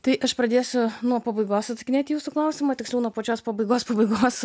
tai aš pradėsiu nuo pabaigos atsakinėt į jūsų klausimą tiksliau nuo pačios pabaigos pabaigos